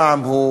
המע"מ הוא